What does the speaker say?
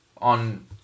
on